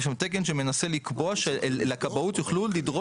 תקן שמנסה לקבוע שהכבאות יוכלו לדרוש